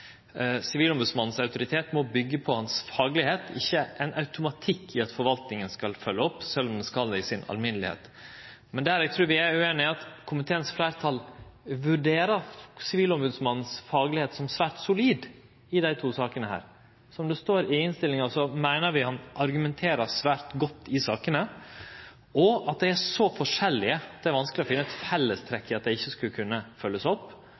Sivilombodsmannens autoritet må byggje på faglegheita hans, ikkje at det er ein automatikk i at forvaltinga skal følgje opp, sjølv om ho i det store og heile skal det. Men der eg trur vi er ueinige, er at fleirtalet i komiteen vurderer Sivilombodsmannens faglegheit som svært solid i desse to sakene. Som det står i innstillinga, meiner vi han argumenterer svært godt i sakene, og at dei er så forskjellige at det er vanskeleg å finne eit fellestrekk for at dei ikkje skulle kunne følgjast opp.